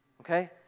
Okay